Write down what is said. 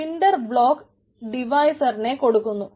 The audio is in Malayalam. സിൻഡർ ബ്ലോക്ക് ഡിവൈസിനെ കൊടുക്കുന്നു